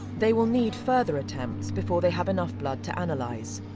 they will need further attempts before they have enough blood to analyze.